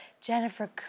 Jennifer